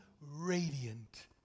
radiant